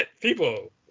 people